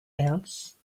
else